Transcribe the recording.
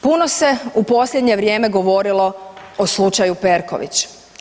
Puno se u posljednje vrijeme govorilo o slučaju Perković.